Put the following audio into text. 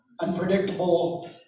unpredictable